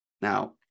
now